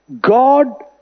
God